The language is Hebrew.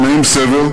הוא נעים סבר,